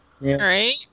Right